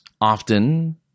often